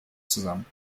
zusammen